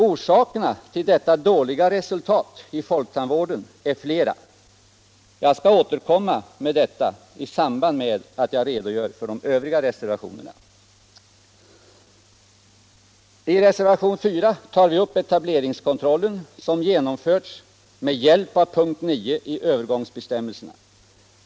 Orsakerna till detta dåliga resultat i folktandvården är flera. Jag skall återkomma till detta i samband med att jag redogör för de övriga reservationerna. I reservationen 4 tar vi upp etableringskontrollen, som genomförs med hjälp av punkt 9 i övergångsbestämmelserna.